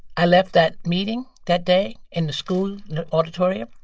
i left that meeting that day in the school auditorium.